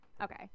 Okay